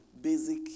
basic